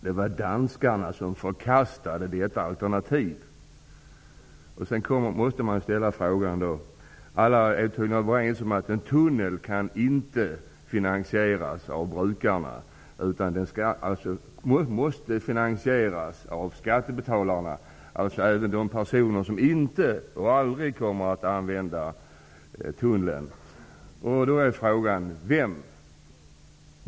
Det var danskarna som förkastade detta alternativ. Alla är överens om att en tunnel inte kan finansieras av brukarna, utan den måste finansieras av skattebetalarna -- alltså även de personer som aldrig kommer att använda tunneln.